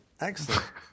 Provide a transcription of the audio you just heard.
Excellent